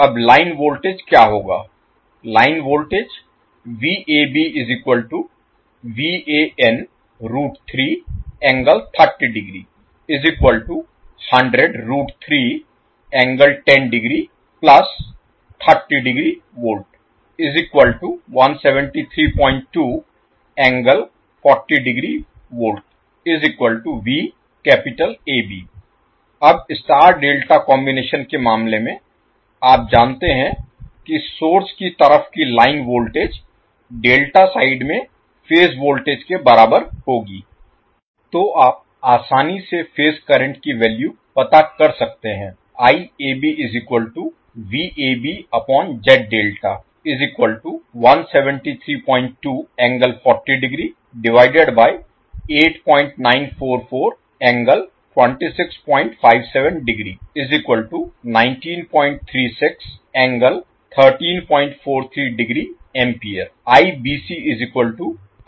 अब line voltage क्या होगा लाइन वोल्टेज अब स्टार डेल्टा कॉम्बिनेशन के मामले में आप जानते हैं कि सोर्स की तरफ की लाइन वोल्टेज डेल्टा साइड में फेज वोल्टेज के बराबर होगी